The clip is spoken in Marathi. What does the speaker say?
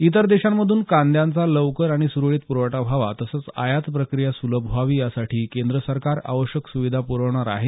इतर देशांमधून कांद्याचा लवकर आणि सुरळीत पुरवठा व्हावा तसंच आयात प्रक्रिया सुलभ व्हावी यासाठी केंद्र सरकार आवश्यक सुविधा पुरवणार आहे